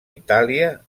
itàlia